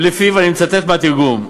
ולפיו, אני מצטט מהתרגום: